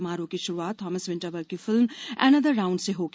समारोह की शुरुआत थॉमस विंटरबर्ग की फिल्म ऐनदर राउंड से होगी